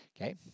okay